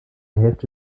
hälfte